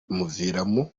bimuviramo